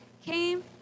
came